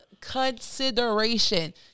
consideration